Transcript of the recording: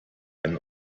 einen